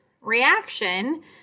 reaction